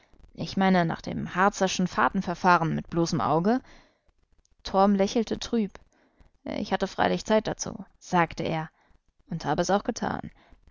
ich meine nach dem harzerschen fadenverfahren mit bloßem auge torm lächelte trüb ich hatte freilich zeit dazu sagte er und habe es auch getan